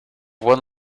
one